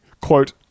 Quote